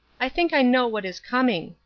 i think i know what is coming.